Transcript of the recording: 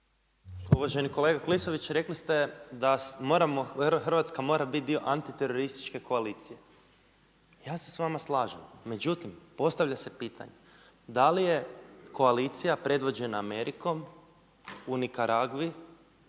Uvaženi kolega Klisović rekli ste da moramo, da Hrvatska mora biti dio antiterorističke koalicije. Ja se s vama slažem, međutim, postavlja se pitanje. Da li je koalicija predvođena Amerikom u Nikaragvi,